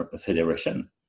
federation